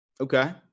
Okay